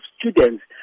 students